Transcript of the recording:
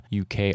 UK